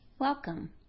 Welcome